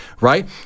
right